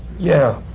yeah,